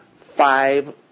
five